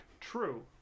true